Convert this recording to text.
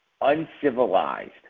uncivilized